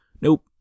Nope